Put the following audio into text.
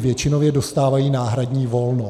Většinově dostávají náhradní volno.